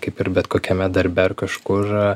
kaip ir bet kokiame darbe ar kažkur